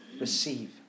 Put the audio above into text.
receive